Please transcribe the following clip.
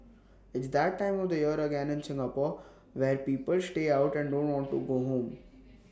it's that time of the year again in Singapore where people stay out and don't want to go home